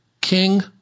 king